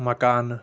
مکانہٕ